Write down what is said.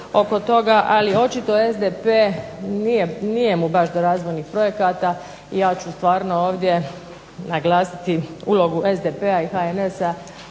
ali očito SDP nije, nije mu baš do razvojnih projekata i ja ću stvarno ovdje naglasiti ulogu SDP-a i HNS-a